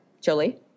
Jolie